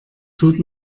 tut